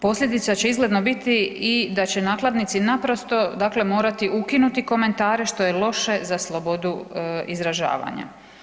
Posljedica će izgledno biti i da će nakladnici naprosto dakle morati ukinuti komentare što je loše za slobodu izražavanja.